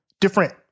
different